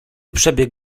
przebiegł